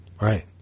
Right